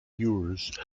yours